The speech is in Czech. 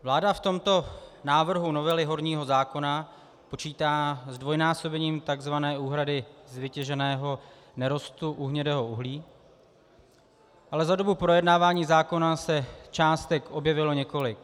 Vláda v tomto návrhu novely horního zákona počítá se zdvojnásobením tzv. úhrady z vytěženého nerostu u hnědého uhlí, ale za dobu projednávání zákona se částek objevilo několik.